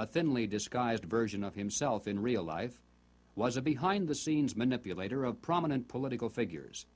a thinly disguised version of himself in real life was a behind the scenes manipulator of prominent political figures